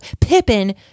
Pippin